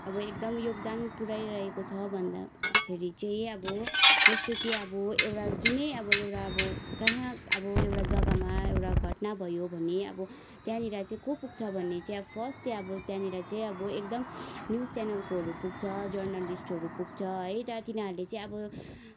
अब एकदम योगदान पुऱ्याइरहेको छ भन्दाखेरि चाहिँ अब जस्तो कि अब एउटा जुनै अब एउटा अब कहाँ अब एउटा जग्गामा एउटा घटना भयो भने अब त्यहाँनिर चाहिँ को पुग्छ भने चाहिँ फर्स्ट चाहिँ अब त्यहाँनिर चाहिँ अब एकदम न्युज च्यानलकोहरू पुग्छ जर्नलिस्टहरू पुग्छ है त्यहाँ तिनीहरूले चाहिँ अब